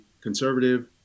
conservative